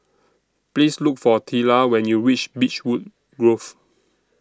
Please Look For Tilla when YOU REACH Beechwood Grove